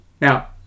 Now